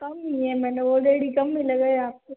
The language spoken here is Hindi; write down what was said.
डिस्काउंट नहीं है मैंने ओलरेडी कम में लगाया है आपको